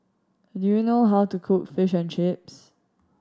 do you know how to cook Fish and Chips